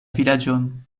vilaĝon